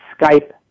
Skype